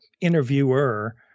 interviewer